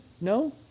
No